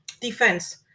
defense